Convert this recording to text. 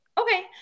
Okay